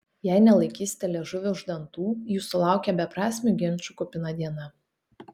jei nelaikysite liežuvio už dantų jūsų laukia beprasmių ginčų kupina diena